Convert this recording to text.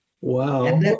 Wow